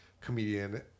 comedian